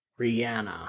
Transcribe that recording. Rihanna